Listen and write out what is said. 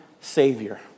Savior